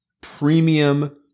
premium